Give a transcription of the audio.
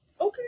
okay